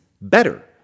better